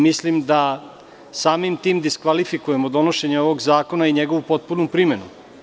Mislim da samim tim diskvalifikujemo donošenje ovog zakona i njegovu potpunu primenu.